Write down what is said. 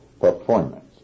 performance